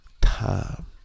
Time